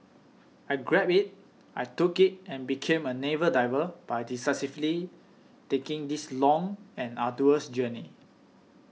I grabbed it I took it and became a naval diver by decisively taking this long and arduous journey